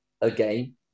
again